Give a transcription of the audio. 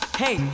hey